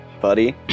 buddy